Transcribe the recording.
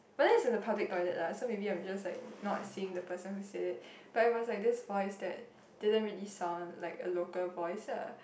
but then it's in a public toilet lah so maybe I'm just like not seeing the person who said it but it was like this voice that didn't really sound like a local voice ah